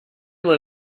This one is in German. man